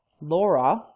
laura